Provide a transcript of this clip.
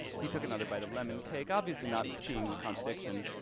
he took another bite of lemon cake obviously not and seeing the contradiction.